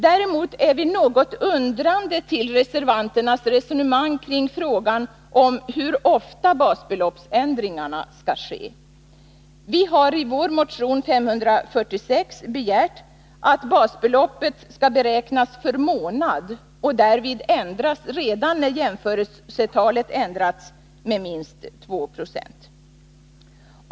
Däremot är vi något undrande inför reservanternas resonemang kring frågan om hur ofta basbeloppsändringarna skall ske. Vi har i vår motion 546 begärt att basbeloppet skall beräknas för månad och därvid ändras redan när jämförelsetalet ändrats med minst 2 26.